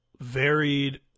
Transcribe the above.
varied